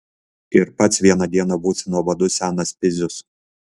ir pats vieną dieną būsi nuobodus senas pizius